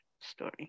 story